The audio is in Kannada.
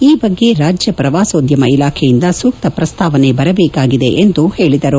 ಈ ಬಗ್ಗೆ ರಾಜ್ಯ ಪ್ರವಾಸೋದ್ಧಮ ಇಲಾಖೆಯಿಂದ ಸೂಕ್ತ ಪ್ರಸ್ತಾವನೆ ಬರಬೇಕಾಗಿದೆ ಎಂದೂ ಹೇಳಿದರು